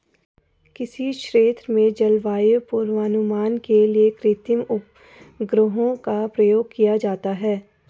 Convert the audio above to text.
किसी क्षेत्र के जलवायु पूर्वानुमान के लिए कृत्रिम उपग्रहों का प्रयोग भी किया जाता है